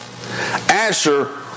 Asher